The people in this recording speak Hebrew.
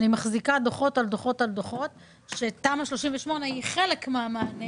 אני מחזיקה דוחות רבים שתמ"א 38 מצוינת שם כחלק מהמענה